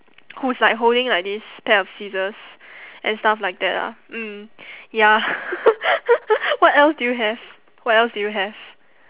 who's like holding like this pair of scissors and stuff like that ah mm ya what else do you have what else do you have